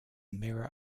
mirror